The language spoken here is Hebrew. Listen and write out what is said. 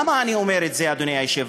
למה אני אומר את זה, אדוני היושב-ראש?